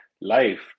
life